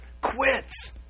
quits